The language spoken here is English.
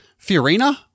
Fiorina